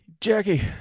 Jackie